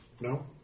No